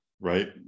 right